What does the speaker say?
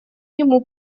ему